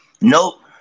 Nope